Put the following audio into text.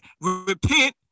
repent